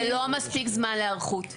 זה לא מספיק זמן להיערכות.